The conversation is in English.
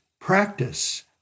practice